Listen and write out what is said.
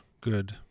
good